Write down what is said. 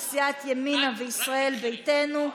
של סיעת ימינה וסיעת ישראל ביתנו.